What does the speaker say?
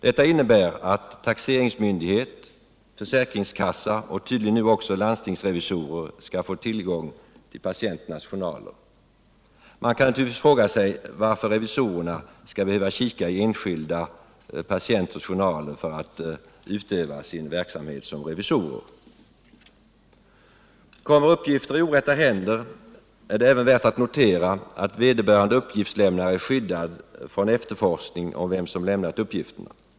Detta innebär att taxeringsmyndighet, försäkringskassa och tydligen nu också landstingsrevisorer skall få tillgång till patienternas journaler. Man kan naturligtvis fråga sig varför revisorerna skall behöva kika i enskilda patienters journaler för att kunna utöva sin verksamhet som revisorer. Kommer uppgifter i orätta händer, är det även värt att notera att vederbörande uppgiftslämnare är skyddad från efterforskning om vem som lämnat uppgifterna.